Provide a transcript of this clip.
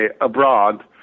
abroad